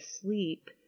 sleep